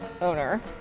owner